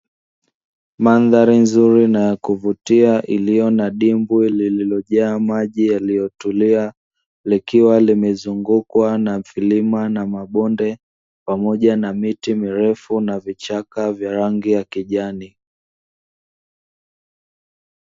Mandhari nzuri na ya kuvutia iliyo na dimbwi lililojaa maji yaliyotulia, likiwa limezungukwa na vilima na mabonde pamoja na miti mirefu na vichaka vya rangi ya kijani.